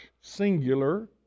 singular